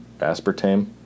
Aspartame